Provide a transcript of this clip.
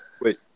Wait